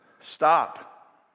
Stop